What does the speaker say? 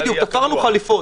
בדיוק, "תפרנו חליפות".